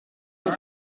pour